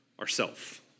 Ourself